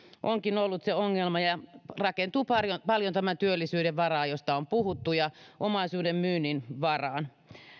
onkin ollut se ongelma ja rakentuu paljon tämän työllisyyden varaan josta on puhuttu ja omaisuuden myynnin varaan